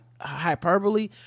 hyperbole